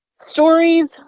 Stories